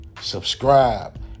subscribe